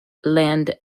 land